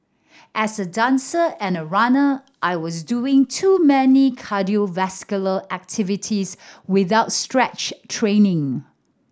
as a dancer and a runner I was doing too many cardiovascular activities without stretch training